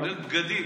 כולל בגדים,